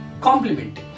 Complimenting